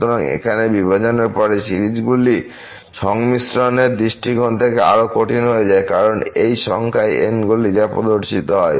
সুতরাং এখানে বিভাজনের পরের সিরিজগুলি সংমিশ্রণের দৃষ্টিকোণ থেকে আরও কঠিন হয়ে যায় কারণ এই সংখ্যায় n গুলি যা প্রদর্শিত হয়